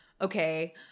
okay